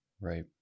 right